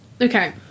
Okay